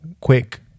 quick